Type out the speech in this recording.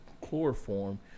Chloroform